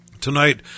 tonight